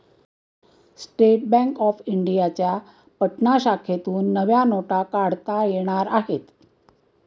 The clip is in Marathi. स्टेट बँक ऑफ इंडियाच्या पटना शाखेतून नव्या नोटा काढता येणार आहेत